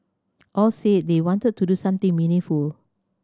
all said they wanted to do something meaningful